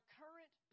current